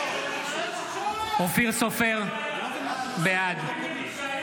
(קורא בשמות חברי